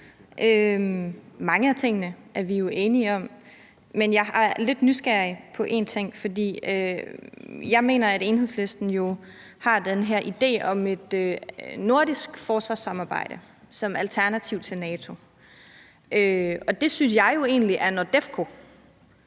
Mange af tingene er vi jo enige om, men jeg er lidt nysgerrig på én ting, for jeg mener, at Enhedslisten har den her idé om et nordisk forsvarssamarbejde som alternativ til NATO, og det synes jeg jo egentlig er NORDEFCO